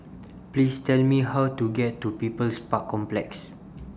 Please Tell Me How to get to People's Park Complex